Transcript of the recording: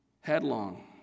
headlong